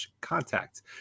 contact